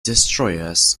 destroyers